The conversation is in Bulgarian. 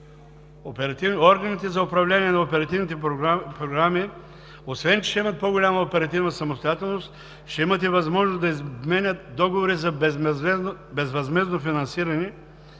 Органите за управление на оперативните програми, освен че ще имат по-голяма оперативна самостоятелност, ще имат възможност и да изменят договори за безвъзмездно финансиране